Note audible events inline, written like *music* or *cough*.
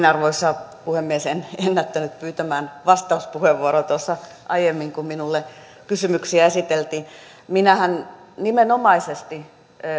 *unintelligible* arvoisa puhemies en ennättänyt pyytämään vastauspuheenvuoroa tuossa aiemmin kun minulle kysymyksiä esiteltiin minähän nimenomaisesti